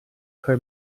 her